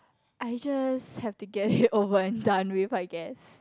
I just have to get it over and done with I guess